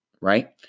right